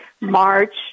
March